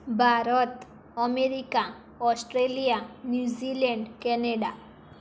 Bharat America Australia New Zealand Canada